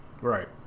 Right